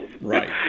right